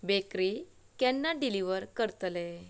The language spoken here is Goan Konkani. बेकरी केन्ना डिलिव्हर करतले